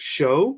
Show